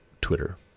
Twitter